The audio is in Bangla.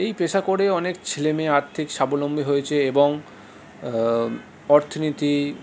এই পেশা করে অনেক ছেলে মেয়ে আর্থিক স্বাবলম্বী হয়েছে এবং অর্থনীতি